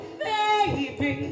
baby